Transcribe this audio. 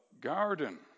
garden